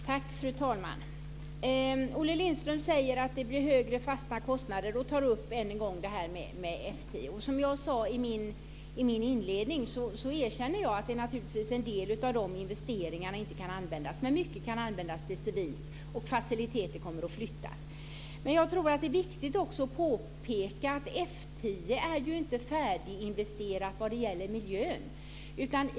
Fru talman! Olle Lindström talar om högre fasta kostnader och tar ännu en gång upp det här med F 10. Som jag inledningsvis sade erkänner jag att en del av investeringarna naturligtvis inte kan användas. Mycket kan dock användas civilt, och faciliteter kommer att flyttas. Jag tror att det också är viktigt att påpeka att det inte är färdiginvesterat vad gäller F 10 och miljön.